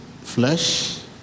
flesh